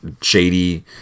shady